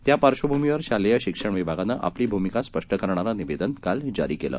त्यापार्श्वभूमीवरशालेयशिक्षणविभागानंआपलीभूमिकास्पष्टकरणारंनिवेदनकालजारीकेलं